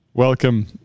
Welcome